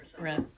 right